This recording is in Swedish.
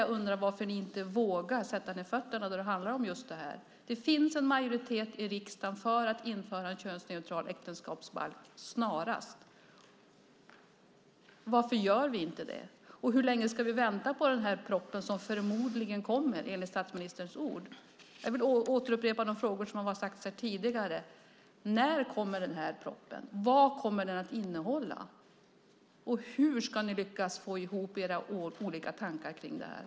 Jag undrar varför ni inte vågar sätta ned fötterna när det handlar om just detta. Det finns en majoritet i riksdagen för att införa en könsneutral äktenskapsbalk snarast. Varför gör vi inte det? Hur länge ska vi vänta på den här propositionen, som enligt statsministerns ord förmodligen kommer? Jag vill upprepa de frågor som har ställts här tidigare. När kommer propositionen? Vad kommer den att innehålla? Hur ska ni lyckas få ihop era olika tankar kring detta?